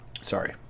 sorry